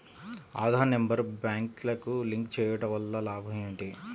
Aadhaar number బ్యాంక్నకు link చేయుటవల్ల లాభం ఏమిటి?